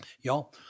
Y'all